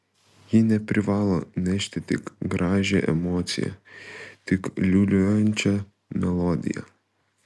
ji neprivalo nešti tik gražią emociją tik liūliuojančią melodiją